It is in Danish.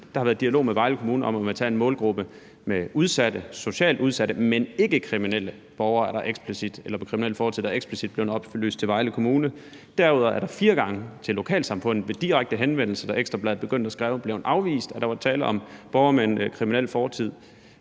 der har været en dialog med Vejle Kommune om at tage en målgruppe med udsatte, altså socialt udsatte, men ikke kriminelle borgere – det er det, der eksplicit er blevet oplyst til Vejle Kommune. Derudover er det fire gange til lokalsamfundet blevet afvist – ved direkte henvendelse, da Ekstra Bladet begyndte at skrive om det – at der var tale om borgere med en kriminel fortid.